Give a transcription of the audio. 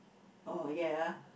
oh ya